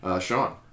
Sean